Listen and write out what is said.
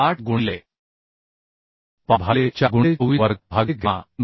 78 गुणिले पाय भागिले 4 गुणिले 24 वर्ग भागिले गॅमा NB